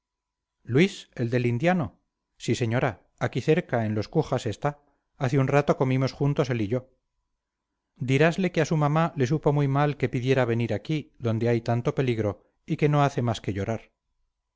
luis el del indiano sí señora aquí cerca en las cujas está hace un rato comimos juntos él y yo dirasle que a su mamá le supo muy mal que pidiera venir aquí donde hay tanto peligro y que no hace más que llorar